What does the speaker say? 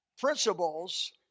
principles